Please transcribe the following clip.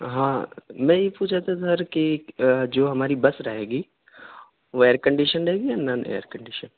ہاں میں یہ پوچھ رہا تھا سر کہ جو ہماری بس رہے گی وہ ائیرکنڈیشن رہے گی یا نان ائیرکنڈیشن